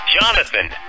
Jonathan